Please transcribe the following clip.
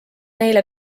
neile